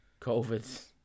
COVID